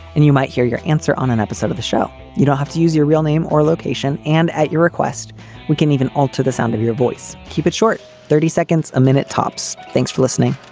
and you might hear your answer on an episode of the show. you don't have to use your real name or location, and at your request we can even alter the sound of your voice. keep it short. thirty seconds a minute, tops. thanks for listening